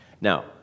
Now